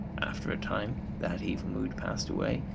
after a time that evil mood passed away,